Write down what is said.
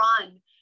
run